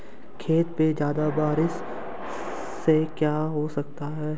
खेतों पे ज्यादा बारिश से क्या हो सकता है?